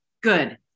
Good